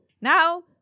now